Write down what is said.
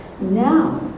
Now